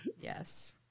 yes